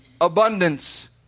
abundance